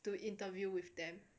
to interview with them